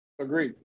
Agreed